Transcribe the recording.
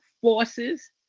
forces